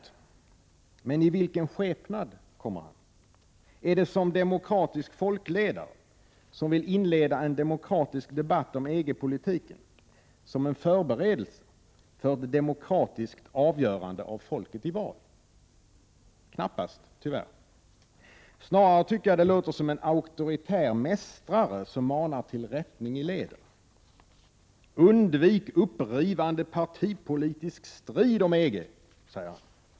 Men i vilken skepnad kommer han? Är det som demokratisk folkledare, som vill inleda en demokratisk debatt om EG-politiken som en förberedelse för ett demokratiskt avgörande av folket i val? Knappast, tyvärr. Snarare tycker jag det låter som en auktoritär mästrare som manar till rättning i leden. Undvik ”upprivande partipolitisk strid” om EG! säger han.